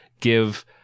give